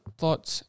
thoughts